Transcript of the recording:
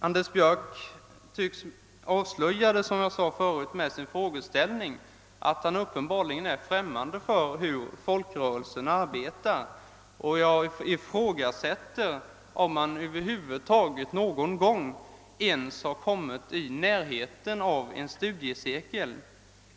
Herr Björck i Nässjö avslöjade, som jag redan sagt, med sin inställning att han uppenbarligen är främmande för hur folkrörelserna arbetar. Jag ifrågasätter att han över huvud taget någon gång ens har kommit i närheten av en studiecirkel.